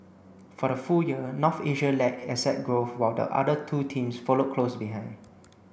for the full year North Asia led asset growth while the other two teams followed close behind